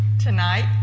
tonight